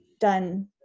done